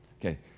Okay